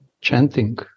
chanting